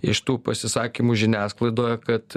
iš tų pasisakymų žiniasklaidoje kad